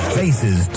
faces